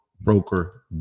broker